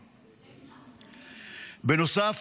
בנוסף,